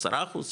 10 אחוז,